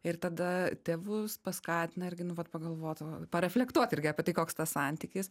ir tada tėvus paskatina irgi nu vat pagalvot o pareflektuot irgi apie tai koks tas santykis